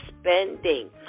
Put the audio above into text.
spending